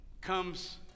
comes